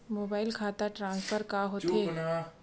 Mobile खाता transfer का होथे?